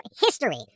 history